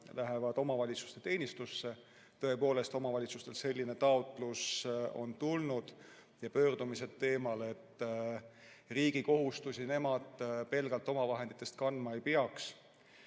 lähevad omavalitsuste teenistusse. Tõepoolest, omavalitsustest selline taotlus on tulnud ja pöördumised teemal, et riigi kohustusi nemad pelgalt omavahenditest kandma ei peaks.